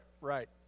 Right